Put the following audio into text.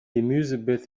gemüsebeet